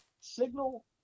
Signal